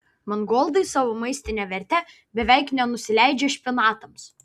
mangoldai savo maistine verte beveik nenusileidžia špinatams